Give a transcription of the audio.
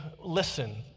listen